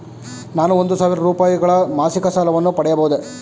ನಾನು ಒಂದು ಸಾವಿರ ರೂಪಾಯಿಗಳ ಮಾಸಿಕ ಸಾಲವನ್ನು ಪಡೆಯಬಹುದೇ?